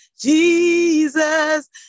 Jesus